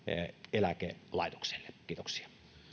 eläkelaitokselle kiitoksia